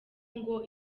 ngo